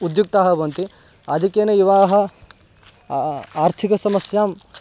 उद्युक्ताः भवन्ति आधिक्येन युवानः आर्थिकसमस्यां